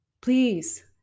Please